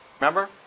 Remember